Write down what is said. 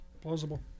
plausible